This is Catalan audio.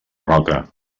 roca